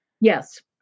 yes